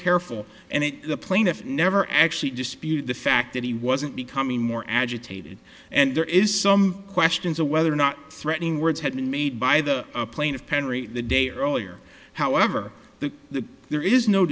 careful and the plaintiff never actually disputed the fact that he wasn't becoming more agitated and there is some questions of whether or not threatening words had been made by the plaintiff penry the day earlier however the the there is no